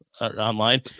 online